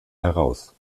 heraus